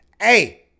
hey